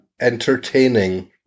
entertaining